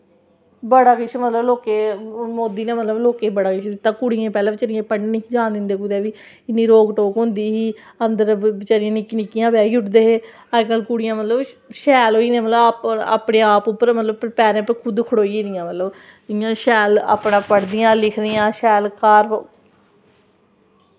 बड़ा किश मतलब लोकें मोदी नै मतलब लोकें बड़ा किश दित्ता कुड़ियें पैह्लें बचैरियें पढ़ने नी जान दिंदे कुतै बी इन्नी रोक टोक होंदी ही अन्दर बचैरियां निक्कियां निक्कियां गै ब्याही ओड़दे हे अजकल कुड़ियां मतलब शैल ब्होई दियां अपने आप उप्पर पैरे पर खुद खड़ोई गेदियां मतलब इ'यां शैल अपनै पढ़दियां लिखदियां शैल घर